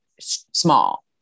small